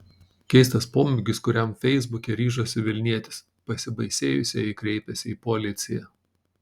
keistas pomėgis kuriam feisbuke ryžosi vilnietis pasibaisėjusieji kreipėsi į policiją